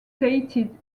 stated